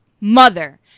Mother